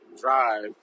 drive